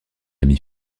ami